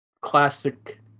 classic